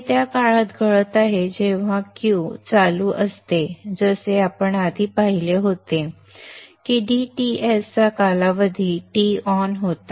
हे त्या काळात घडत आहे जेव्हा Q चालू असते जसे आपण आधी पाहिले होते की dTs चा कालावधी Ton होता